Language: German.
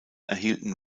erhielten